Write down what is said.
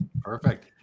Perfect